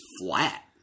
flat